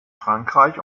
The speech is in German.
frankreich